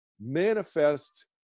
manifest